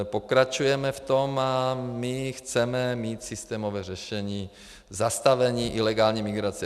Pokračujeme v tom a chceme mít systémové řešení k zastavení ilegální migrace.